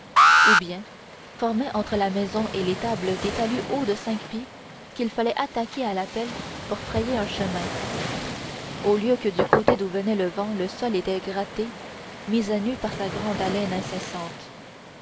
ou bien formait entre la maison et l'étable des talus hauts de cinq pieds qu'il fallait attaquer à la pelle pour frayer un chemin au lieu que du côté d'où venait le vent le sol était gratté mis à nu par sa grande haleine incessante